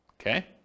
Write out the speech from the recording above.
Okay